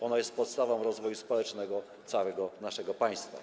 Ono jest podstawą rozwoju społecznego całego naszego państwa.